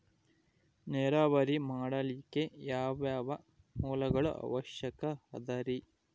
ನೇರಾವರಿ ಮಾಡಲಿಕ್ಕೆ ಯಾವ್ಯಾವ ಮೂಲಗಳ ಅವಶ್ಯಕ ಅದರಿ?